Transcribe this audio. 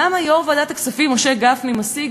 למה יושב-ראש ועדת הכספים משה גפני משיג